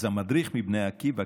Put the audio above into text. אז המדריך של בני עקיבא,